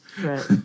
right